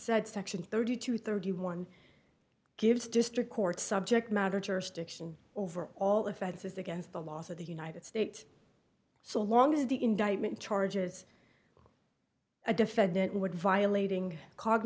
said section thirty two thirty one gives district court subject matter jurisdiction over all offenses against the laws of the united state so long as the indictment charges a defendant would violating